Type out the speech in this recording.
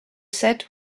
said